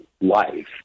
life